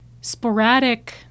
sporadic